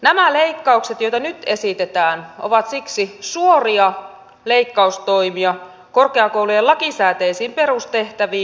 nämä leikkaukset joita nyt esitetään ovat siksi suoria leikkaustoimia korkeakoulujen lakisääteisiin perustehtäviin